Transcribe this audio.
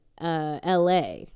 LA